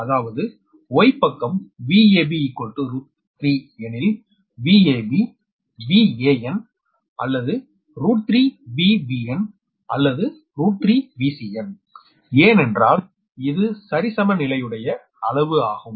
அதாவது Y பக்கம் VAB√𝟑 say VAnor √3VBnor √3VCn ஏனென்றால் இது சரிசமநிலையுடைய அளவு ஆகும்